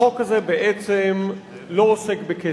החוק הזה בעצם לא עוסק בכסף.